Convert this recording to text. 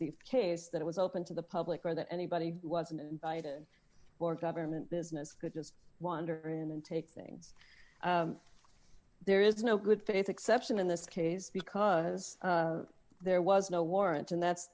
the case that it was open to the public or that anybody wasn't invited or government business could just wander in and take things there is no good faith exception in this case because there was no warrant and that's